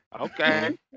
Okay